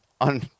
on